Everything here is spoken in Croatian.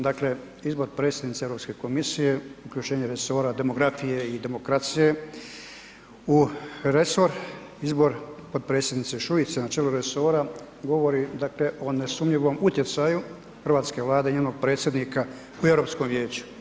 Dakle izbor predsjednice Europske komisije, uključenje resora demografije i demokracije u resor, izbor potpredsjednice Šuice na čelu resora govori o nesumnjivom utjecaju hrvatske Vlade i njenog predsjednika u Europskom vijeću.